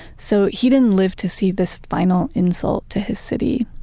so he didn't live to see this final insult to his city.